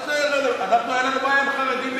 מה זה, אנחנו אין לנו בעיה עם החרדים.